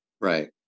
Right